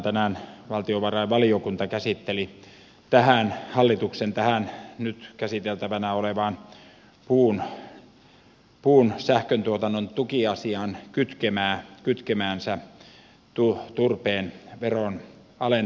tänään valtiovarainvaliokunta käsitteli tähän hallituksen nyt käsiteltävänä olevaan puun sähköntuotannon tukiasiaan kytkemäänsä turpeen veron alentamista